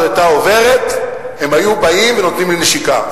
היתה עוברת הם היו באים ונותנים לי נשיקה.